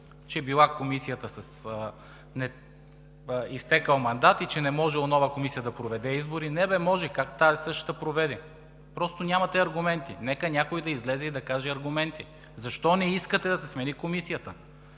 че Комисията била с изтекъл мандат и че не можело нова Комисия да проведе избори. Не бе, може! Как тази – същата, проведе! Просто нямате аргументи. Нека някой излезе и да каже аргументите защо не искате да се смени Комисията.